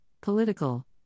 political